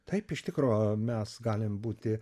taip iš tikro mes galim būti